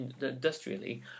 industrially